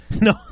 No